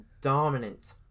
dominant